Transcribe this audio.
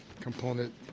component